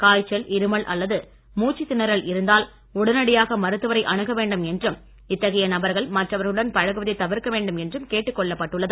காய்ச்சல் இருமல் அல்லது மூச்சு திணறல் இருந்தால் உடனடியாக மருத்துவரை அனுக வேண்டும் என்றும் இத்தகைய நபர்கள் மற்றவர்களுடன் பழகுவதை தவிர்க்க வேண்டும் என்றும் கேட்டுக் கொள்ளப்பட்டுள்ளது